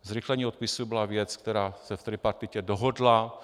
Zrychlení odpisů byla věc, která se v tripartitě dohodla.